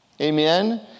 Amen